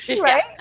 right